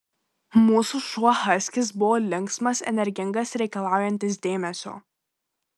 mūsų šuo haskis buvo linksmas energingas reikalaujantis dėmesio